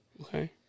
Okay